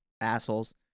assholes